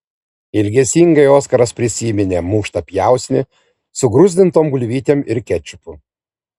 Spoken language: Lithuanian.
ilgesingai oskaras prisiminė muštą pjausnį su gruzdintom bulvėm ir kečupu